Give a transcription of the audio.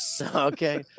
Okay